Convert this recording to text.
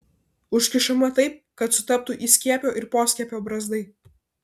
užkišama taip kad sutaptų įskiepio ir poskiepio brazdai